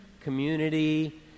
community